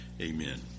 Amen